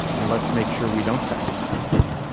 and let's make sure we don't sacrifice those.